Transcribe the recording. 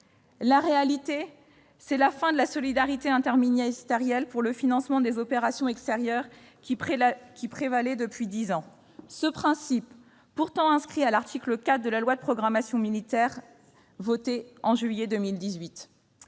La réalité, c'est la fin de la solidarité interministérielle pour le financement des opérations extérieures qui prévalait depuis dix ans. Ce principe est pourtant inscrit à l'article 4 de la loi de programmation militaire votée en juillet 2018.